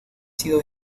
sido